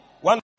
One